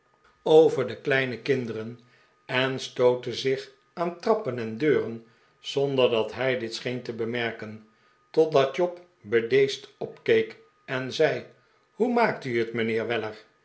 over de kleine kinderen en stootte zich aan trappen en deuren zonder dat hij dit scheen te bemerken totdat job bedeesd opkeek en zei hoe maakt u het mijnheer weller